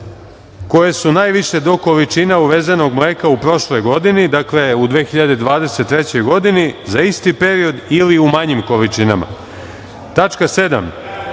koje su najviše do količina uvezenog mleka u prošloj godini, dakle u 2023. godini za isti period ili u manjim količinama. Tačka